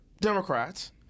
Democrats